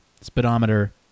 speedometer